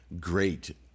great